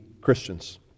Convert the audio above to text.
Christians